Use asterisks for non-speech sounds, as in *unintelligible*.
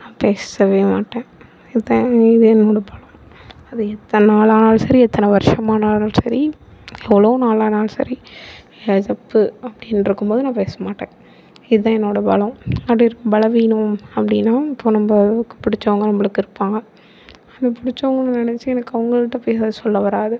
நான் பேசவே மாட்டேன் இதுதான் என்னோடய பலம் அது எத்தனை நாளானாலும் சரி எத்தனை வருஷமானாலும் சரி எவ்வளோ நாளானாலும் சரி எதிர்ப்பு அப்படின்ருக்கும்போது நான் பேசமாட்டேன் இதுதான் என்னோட பலம் *unintelligible* பலவீனம் அப்படின்னா இப்போது நம்மளுக்கு பிடிச்சவங்க நம்மளுக்கு இருப்பாங்க அது பிடிச்சவங்கள நினச்சி எனக்கு அவங்கள்கிட்ட போய் *unintelligible* சொல்ல வராது